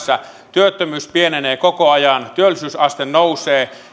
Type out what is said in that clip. työttömyys pienenee koko ajan työllisyysaste nousee